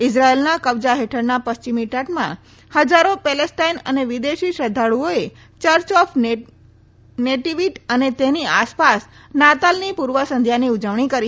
ઇઝરાયેલના કબજા હેઠળના પશ્ચિમી તટમાં ફજારો પેલેસ્ટાઇન અને વિદેશી શ્રદ્વાળુઓએ ચર્ચ ઓફ નેટિવિટ અને ટેની આસપાસ નાતાલની પૂર્વ સંઘ્યાની ઉજવણી કરી હતી